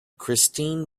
christine